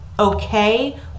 okay